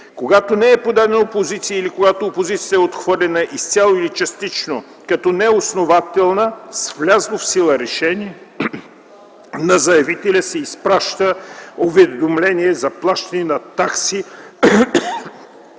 когато не е подадена опозиция или когато опозицията е отхвърлена изцяло или частично като неоснователна с влязло в сила решение, на заявителя се изпраща уведомление за плащане на такси